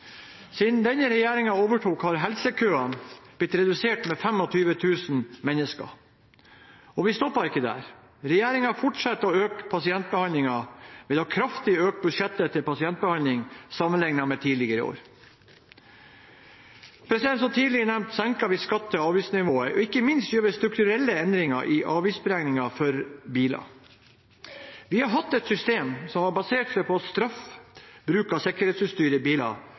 Siden denne regjeringen overtok, har helsekøene blitt redusert med 25 000 mennesker, og vi stopper ikke der. Regjeringen fortsetter å øke pasientbehandlingen ved kraftig å øke budsjettet til dette sammenlignet med tidligere år. Som tidligere nevnt senker vi skatte- og avgiftsnivået, og ikke minst gjør vi strukturelle endringer i avgiftsberegningen for biler. Vi har hatt et system som har basert seg på å straffe bruk av sikkerhetsutstyr i biler